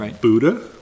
Buddha